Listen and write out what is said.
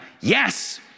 yes